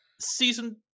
season